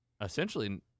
essentially